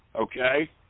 Okay